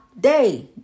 day